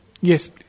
Yes